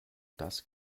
das